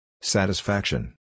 Satisfaction